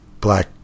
Black